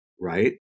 right